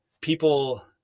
people